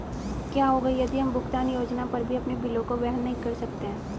क्या होगा यदि हम भुगतान योजना पर भी अपने बिलों को वहन नहीं कर सकते हैं?